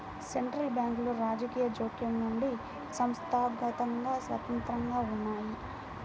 central బ్యాంకులు రాజకీయ జోక్యం నుండి సంస్థాగతంగా స్వతంత్రంగా ఉన్నయ్యి